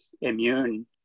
immune